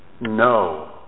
No